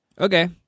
Okay